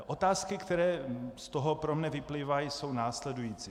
Otázky, které z toho pro mne vyplývají, jsou následující.